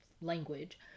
language